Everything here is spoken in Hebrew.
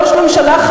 ראש הממשלה,